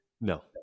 No